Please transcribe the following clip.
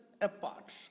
apart